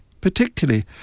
particularly